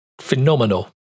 phenomenal